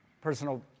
personal